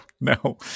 No